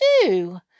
do